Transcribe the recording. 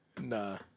Nah